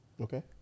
Okay